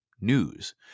news